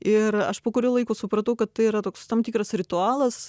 ir aš po kurio laiko supratau kad tai yra toks tam tikras ritualas